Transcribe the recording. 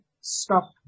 stop